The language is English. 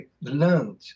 learned